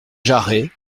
jarret